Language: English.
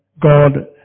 God